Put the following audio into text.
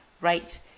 right